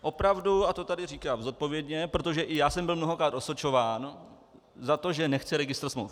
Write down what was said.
Opravdu, a to tady říkám zodpovědně, protože i já jsem byl mnohokrát osočován za to, že nechci registr smluv.